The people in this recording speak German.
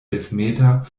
elfmeter